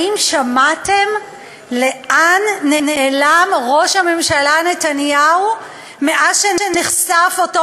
האם שמעתם לאן נעלם ראש הממשלה נתניהו מאז נחשף אותו